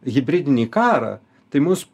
hibridinį karą tai mus